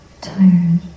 tired